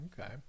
okay